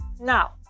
Now